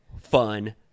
fun